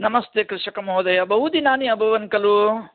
नमस्ते कृषकमहोदय बहु दिनानि अभवन् खलु